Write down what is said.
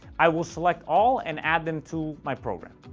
i will select all and add them to my program.